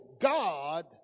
God